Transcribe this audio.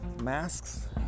masks